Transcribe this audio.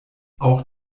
auch